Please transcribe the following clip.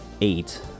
eight